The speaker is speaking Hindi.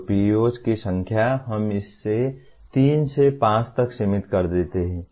तो PEOs की संख्या हम इसे तीन से पाँच तक सीमित कर देते हैं